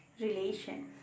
relation